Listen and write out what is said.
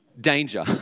danger